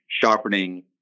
sharpening